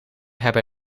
hebben